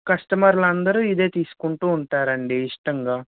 కస్టమర్లు అందరూ ఇదే తీసుకుంటూ ఉంటారండి ఇష్టంగా